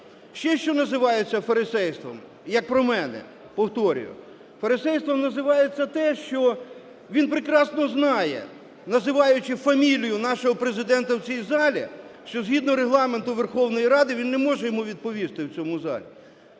Ще що називається фарисейством? Як про мене, повторюю. Фарисейством називається те, що він прекрасно знає, називаючи фамілію нашого Президента в цій залі, що згідно Регламенту Верховної Ради він не може йому відповісти в цьому залі.